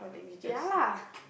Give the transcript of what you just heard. ya lah